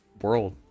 world